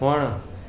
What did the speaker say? वण